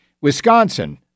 wisconsin